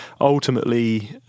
ultimately